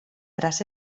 tras